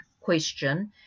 question